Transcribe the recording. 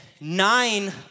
nine